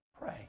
Pray